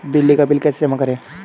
बिजली का बिल कैसे जमा करें?